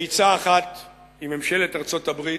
בעצה אחת עם ממשלת ארצות-הברית,